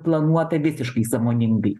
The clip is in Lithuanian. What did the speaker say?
planuota visiškai sąmoningai